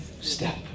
step